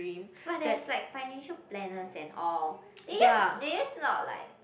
but there's like financial planners and all they just they just not like